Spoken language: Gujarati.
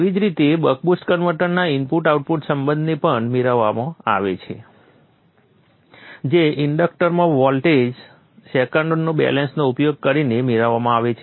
તેવી જ રીતે બક બુસ્ટ કન્વર્ટરના ઇનપુટ આઉટપુટ સંબંધને પણ મેળવવામાં આવે છે જે ઇન્ડક્ટરમાં વોલ્ટ સેકન્ડ બેલેન્સનો ઉપયોગ કરીને મેળવવામાં આવે છે